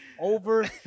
over